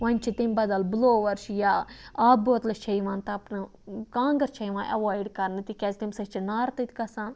وۄنۍ چھِ تمہِ بَدَل بٕلووَر چھِ یا آب بٲتلہٕ چھِ یِوان تَپنہٕ کانٛگٕر چھِ یِوان ایٚوایڈ کَرنہٕ تِکیازِ تمہِ سۭتۍ چھِ نارٕ تٔتۍ گَژھان